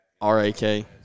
R-A-K